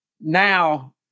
now